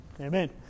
Amen